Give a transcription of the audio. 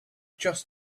just